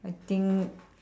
I think